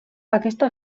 aquesta